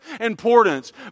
importance